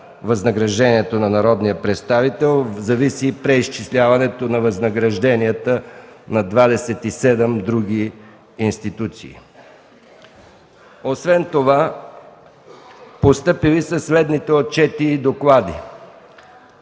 възнаграждението на народния представител зависи преизчисляването на възнагражденията на 27 други институции. Постъпили са следните отчети и доклади,